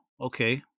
okay